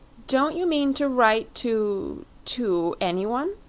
don't you mean to write to to anyone?